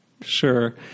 Sure